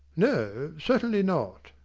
no, certainly not.